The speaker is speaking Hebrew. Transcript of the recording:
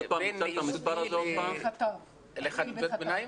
בין יסודי לחטיבת ביניים?